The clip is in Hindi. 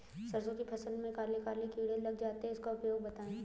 सरसो की फसल में काले काले कीड़े लग जाते इसका उपाय बताएं?